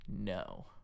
no